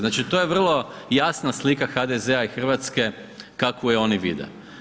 Znači to je vrlo jasna slika HDZ-a i Hrvatske kakvu je oni vide.